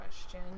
question